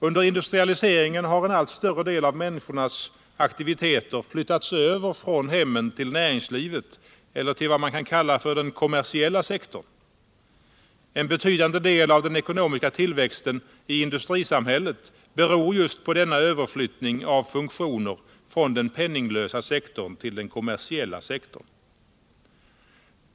Under industrialiseringen har en allt större del av människans aktiviteter flyttats över från hemmen till näringslivet eller ull vad man kan kalla för den kommersiella sektorn. En betydande det av den ekonomiska tillväxten I industrisamhället beror just på denna överflyttning av funktioner från den penninglösa sektorn till den kommersiella sektorn.